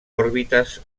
òrbites